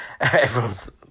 Everyone's